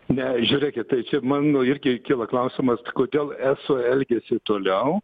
ne žiūrėkit tai čia mano irgi kyla klausimas kodėl eso elgiasi toliau